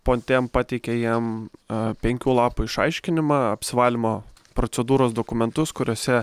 pontem pateikė jiem ee penkių lapų išaiškinimą apsivalymo procedūros dokumentus kuriuose